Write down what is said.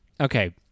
okay